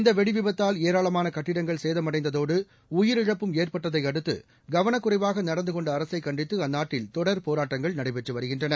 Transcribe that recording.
இந்த வெடிவிபத்தால் ஏராளமான கட்டிடங்கள் சேதம் அடைந்ததோடு உயிரிழப்பும் ஏற்பட்டதை அடுத்து கவளக் குறைவாக நடந்து கொண்ட அரசைக் கண்டித்து அந்நாட்டில் தொடர் போராட்டங்கள் நடைபெற்று வருகின்றன